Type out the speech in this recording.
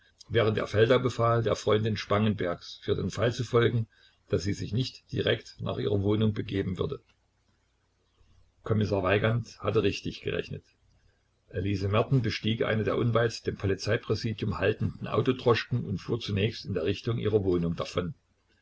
während er feldau befahl der freundin spangenbergs für den fall zu folgen daß sie sich nicht direkt nach ihrer wohnung begeben würde kommissar weigand hatte richtig gerechnet elise merten bestieg eine der unweit dem polizeipräsidium haltenden autodroschken und fuhr zunächst in der richtung ihrer wohnung davon